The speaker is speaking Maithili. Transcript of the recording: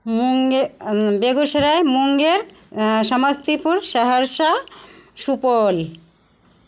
मुंगे बेगूसराय मुंगेर समस्तीपुर सहरसा सुपौल